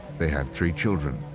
they had three children.